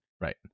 Right